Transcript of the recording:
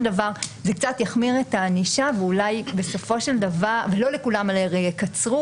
דבר זה קצת יחמיר את הענישה - הרי לא לכולם יקצרו